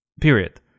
period